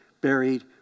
buried